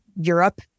Europe